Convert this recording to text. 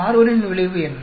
கார்பனின் விளைவு என்ன